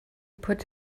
put